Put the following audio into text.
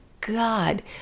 God